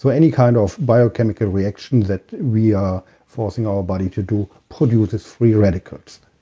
so any kind of biochemical reaction that we are forcing our body to do produces free radicals,